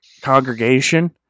congregation